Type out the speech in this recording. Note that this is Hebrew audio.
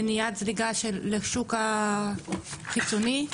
מניעת זליגה לשוק החיצוני.